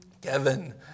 Kevin